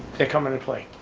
come into play.